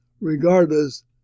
regardless